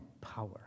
power